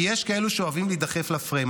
כי יש כאלה שאוהבים להידחף לפריים,